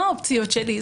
מה האופציות שלי?